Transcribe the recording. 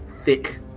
thick